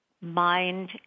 mind